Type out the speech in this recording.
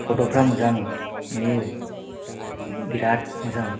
फथ'फ्रा मोजां नुयो बिराथ मोजां